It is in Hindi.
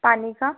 पानी का